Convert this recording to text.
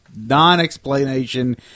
non-explanation